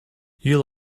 you